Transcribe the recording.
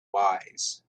wise